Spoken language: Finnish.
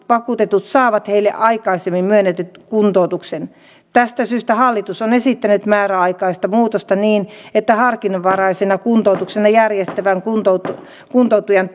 vakuutetut saavat heille aikaisemmin myönnetyn kuntoutuksen tästä syystä hallitus on esittänyt määräaikaista muutosta niin että harkinnanvaraisena kuntoutuksena järjestettävän kuntoutujan kuntoutujan